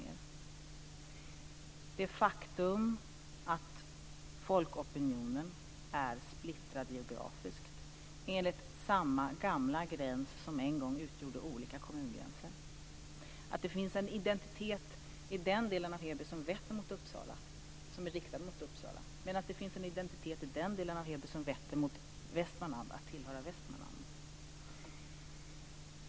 Det är ett faktum att folkopinionen är splittrad geografiskt enligt samma gamla gräns som en gång utgjorde olika kommungränser. Det finns en identitet i den del av Heby som är riktad mot Uppsala att tillhöra Uppsala, medan det finns en annan identitet i den del av Heby som vetter mot Västmanland att tillhöra Västmanland.